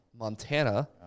montana